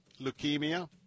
leukemia